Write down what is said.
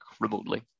remotely